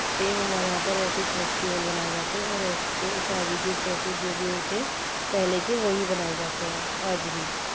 same ہمارے یہاں پر ایسے فیسٹیول منائے جاتے ہیں اور ایسے سیم شادی کے پروسس جو بھی ہوتے ہیں پہلے کے وہی منائے جاتے ہیں آج بھی